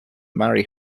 marry